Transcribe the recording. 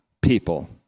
people